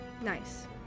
nice